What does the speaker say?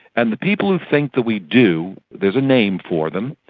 and the people who think that we do, there's a name for them,